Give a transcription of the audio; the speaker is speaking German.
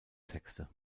texte